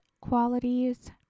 qualities